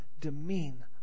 demean